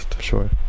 sure